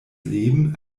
leben